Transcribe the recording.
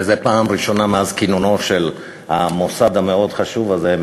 זו הפעם הראשונה מאז כינונו של המוסד המאוד-חשוב הזה,